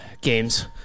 games